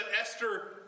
Esther